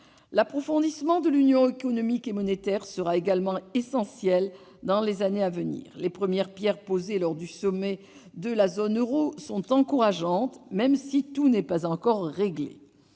L'approfondissement de l'Union économique et monétaire sera également essentiel dans les années à venir. Les premières pierres posées lors du sommet de la zone euro sont autant de signes encourageants, même si tout n'est pas encore réglé.